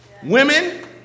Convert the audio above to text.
Women